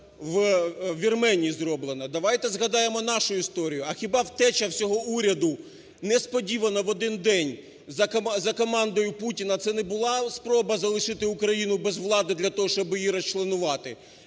Вірменії зроблена. Давайте згадаємо нашу історію. А хіба втеча всього уряду, несподівано, в один день, за командою Путіна це не була спроба залишити Україну без влади для того, щоб її розчленувати.